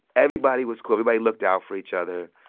everybody was cool. everybody looked out for each other.